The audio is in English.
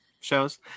shows